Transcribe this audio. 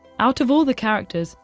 out of all the characters,